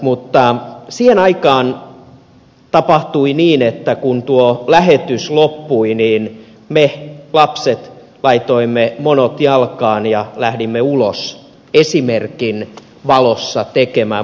siihen aikaan tapahtui niin että kun tuo lähetys loppui niin me lapset laitoimme monot jalkaan ja lähdimme ulos esimerkin valossa tekemään